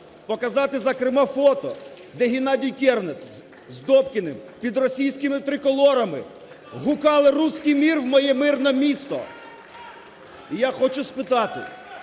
показати, зокрема, фото, де Геннадій Кернес з Добкіним під російськими триколорами гукали "руський мир" в моє мирне місто. І я хочу спитати: